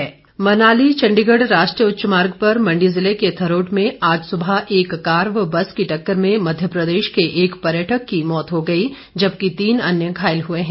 दुर्घटना मनाली चण्डीगढ़ राष्ट्रीय उच्च मार्ग पर मण्डी जिले के थरोट में आज सुबह एक कार व बस की टक्कर में मध्य प्रदेश के एक पर्यटक की मौत हो गई जबकि तीन अन्य घायल हुए हैं